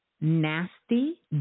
nasty